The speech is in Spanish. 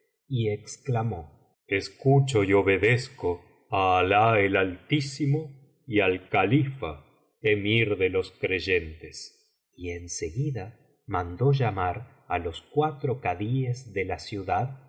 y es clamó escucho y obedezco á alah el altísimo y al califa emir de los creyentes y en seguida mandó llamar á los cuatro kadíes de la ciudad